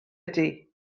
ydy